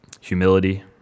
humility